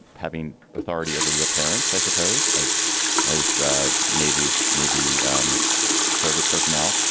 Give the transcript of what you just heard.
having authority over your parents, i suppose, as as a navy navy service personnel.